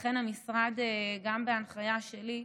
לכן המשרד, גם בהנחיה שלי,